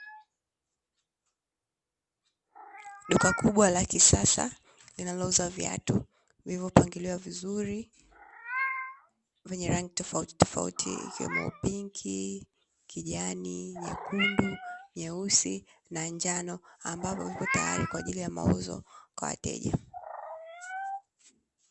Duka kubwa la kisasa linalouza viatu vilivyopangiliwa vizuri, vyenye rangi tofautitofauti ikiwemo; pinki, kijani, nyekundu, nyeusi na njano ambapo vipo tayari kwa ajili ya mauzo kwa wateja.